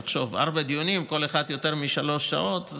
תחשוב, ארבעה דיונים, כל אחד יותר משלוש שעות.